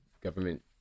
government